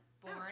born